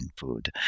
food